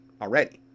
already